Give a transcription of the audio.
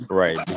right